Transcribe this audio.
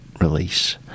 release